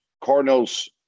Cardinals